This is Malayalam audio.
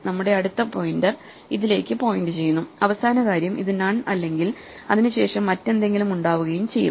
നമ്മളുടെ അടുത്ത പോയിന്റർ ഇതിലേക്ക് പോയിന്റ് ചെയ്യുന്നു അവസാന കാര്യം അത് നൺ അല്ലെങ്കിൽ അതിനു ശേഷം മറ്റെന്തെങ്കിലും ഉണ്ടാവുകയും ചെയ്യും